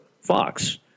Fox